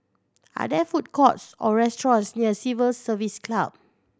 are there food courts or restaurants near Civil Service Club